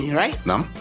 right